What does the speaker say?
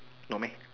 no meh